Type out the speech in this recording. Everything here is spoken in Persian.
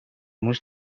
موش